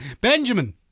Benjamin